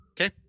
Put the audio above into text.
Okay